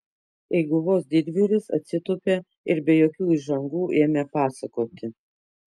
eiguvos didvyris atsitūpė ir be jokių įžangų ėmė pasakoti